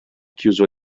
chiuso